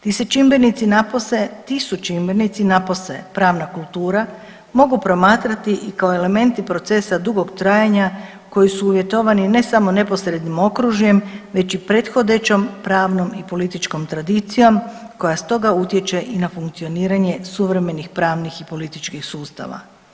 Ti se čimbenici napose, ti su čimbenici napose pravna kultura mogu promatrati i kao elementi procesa dugog trajanja koji su uvjetovani ne samo neposrednim okružjem već i prethodećom pravnom i političkom tradicijom koja stoga utječe i na funkcioniranje suvremenih pravnih i političkih sustava.